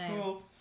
cool